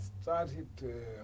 started